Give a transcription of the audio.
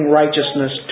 righteousness